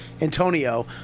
Antonio